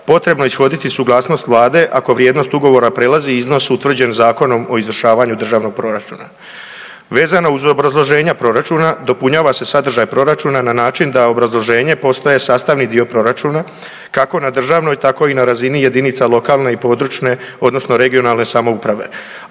potrebno je ishoditi suglasnost Vlade, ako vrijednost ugovora prelazi iznos utvrđen Zakonom od izvršavanju državnog proračuna. Vezano uz obrazloženja proračuna, dopunjava se sadržaj proračuna na način da obrazloženje postaje sastavni dio proračuna kako na državnoj, tako i na razini jedinica lokalne i područne (regionalne) samouprave,